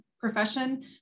profession